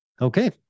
Okay